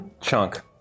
Chunk